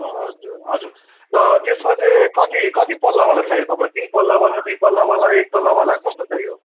हजुर हजुर त त्यसमा चाहिँ कति कति पल्लावाला चाहियो तपाईँलाई तिन पल्लावाला दुई पल्लावाला एक पल्लावाला कस्तो चाहियो